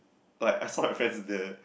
like I saw my friends they